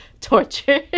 torture